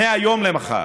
מהיום למחר.